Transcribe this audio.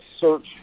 search